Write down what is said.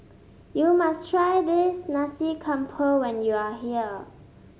you must try this Nasi Campur when you are here